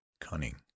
cunning